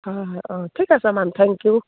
হয় হয় অঁ ঠিক আছে মেম থেংক ইউ